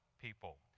people